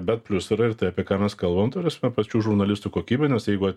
bet plius yra ir tai apie ką mes kalbam ta prasme pačių žurnalistų kokybė nes jeigu